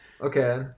okay